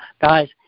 Guys